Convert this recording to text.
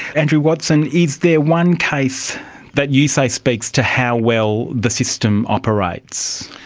andrew watson, is there one case that you say speaks to how well the system operates?